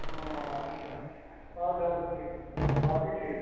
آچھا اچھا اچھا اَدٕ حظ ٹھیٖک حظ باقٕے ٹھیٖک